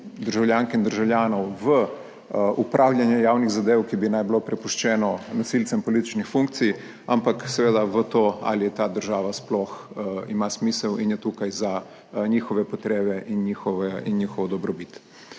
državljank in državljanov v upravljanje javnih zadev, ki bi naj bilo prepuščeno nosilcem političnih funkcij, ampak seveda v to, ali ta država sploh ima smisel in je tukaj za njihove potrebe in njihove in